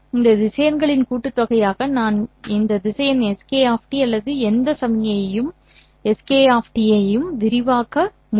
இந்த திசையன்களின் கூட்டுத்தொகையாக நான் எந்த திசையன் Sk அல்லது எந்த சமிக்ஞையும் Sk ஐ விரிவாக்க முடியும்